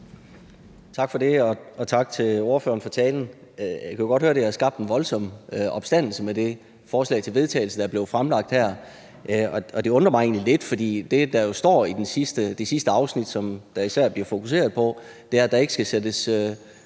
Tak for det, og tak til ordføreren for talen. Jeg kan jo godt høre, at det forslag til vedtagelse, som er blevet fremsat her, har skabt en vældig opstandelse. Det undrer mig egentlig lidt, for det, der jo står i det sidste afsnit, som der især bliver fokuseret på, er, at der ikke skal sættes